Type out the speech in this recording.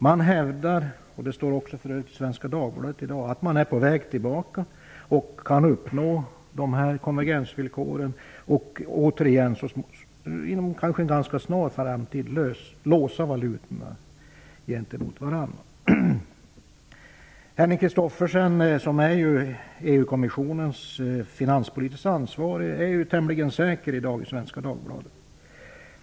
Man hävdar att man är på väg tillbaka, att man kan uppnå konvergensvillkoren och att man inom en ganska snar framtid kanske kan låsa valutorna gentemot varandra. Det står för övrigt i Svenska Dagbladet i dag. Henning Christophersen, EU-kommissionens finanspolitiskt ansvarige, är tämligen säker i dag i Svenska Dagbladet.